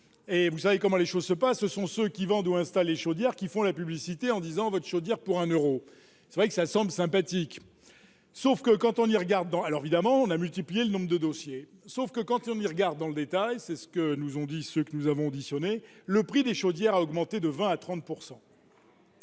et vous savez comment les choses se passent, ce sont ceux qui vendent ou installer chaudière qui font la publicité en disant votre chaudière pour un Euro, c'est vrai que ça semble sympathique, sauf que quand on y regarde dans alors évidemment on a multiplié le nombre de dossiers, sauf que quand on me regarde dans le détail, c'est ce que nous ont dit ce que nous avons auditionnés le prix des chaudières à augmenté de 20 à 30